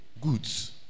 Goods